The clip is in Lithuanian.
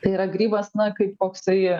tai yra grybas na kaip koksai